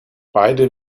beide